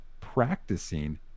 practicing